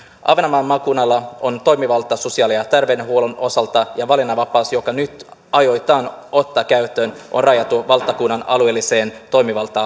ahvenanmaan maakunnalla on toimivalta sosiaali ja terveydenhuollon osalta ja valinnanvapaus joka nyt aiotaan ottaa käyttöön on rajattu valtakunnan alueelliseen toimivalta